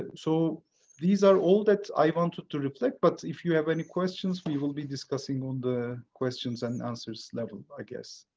and so these are all that i want to reflect. but if you have any questions, we will be discussing all the questions and answers, i guess.